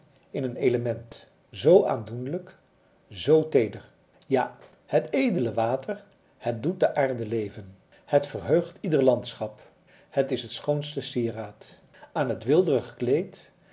in een element zoo aandoenlijk zoo teeder ja het edele water het doet de aarde leven het verheugt ieder landschap het is het schoonste sieraad aan het weelderig kleed